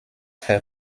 her